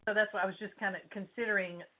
ah that's why i was just kind of considering